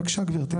בבקשה גברתי.